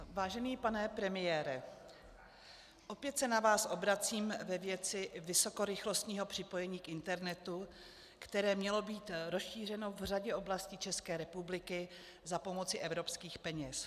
Vážený pane premiére, opět se na vás obracím ve věci vysokorychlostního připojení k internetu, které mělo být rozšířeno v řadě oblastí České republiky za pomoci evropských peněz.